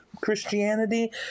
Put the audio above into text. Christianity